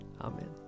Amen